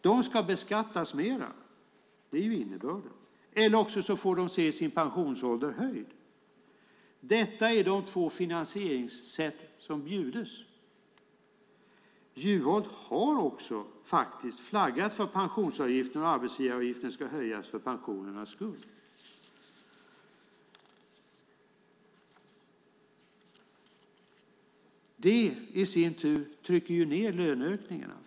De ska beskattas mer, det är innebörden, eller också får de sin pensionsålder höjd. Detta är de två finansieringssätt som finns. Juholt har faktiskt också flaggat för att pensionsavgiften och arbetsgivaravgiften ska höjas för pensionernas skull. Det, i sin tur, trycker ned löneökningarna.